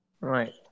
Right